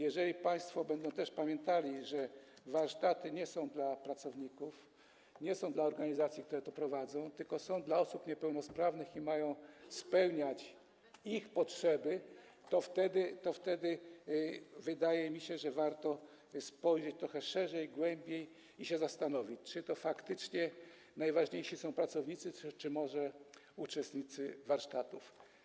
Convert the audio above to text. Jeżeli państwo będą też pamiętali, że warsztaty nie są dla pracowników, nie są dla organizacji, które to prowadzą, tylko są dla osób niepełnosprawnych i mają zaspokajać ich potrzeby, to wtedy, wydaje mi się, warto spojrzeć trochę szerzej, głębiej i się zastanowić, czy faktycznie najważniejsi są pracownicy, czy może uczestnicy warsztatów.